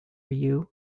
you